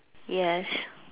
yes